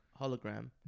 hologram